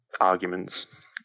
arguments